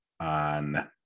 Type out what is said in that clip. on